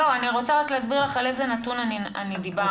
אני רוצה רק להסביר על איזה נתון אני דיברתי.